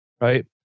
right